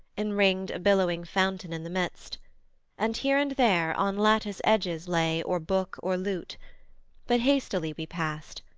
enringed a billowing fountain in the midst and here and there on lattice edges lay or book or lute but hastily we past,